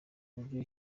uburyo